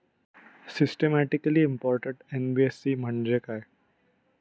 Systematically important NBFC म्हणजे काय?